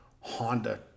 Honda